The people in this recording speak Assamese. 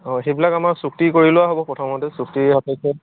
সেইবিলাক আমাৰ চুক্তি কৰি লোৱা হ'ব প্ৰথমতেই চুক্তি সাপেক্ষে